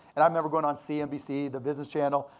and i remember going on cnbc, the business channel,